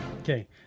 Okay